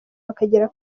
bakagera